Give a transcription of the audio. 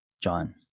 John